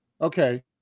Okay